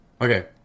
okay